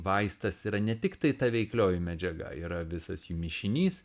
vaistas yra ne tiktai ta veiklioji medžiaga yra visas jų mišinys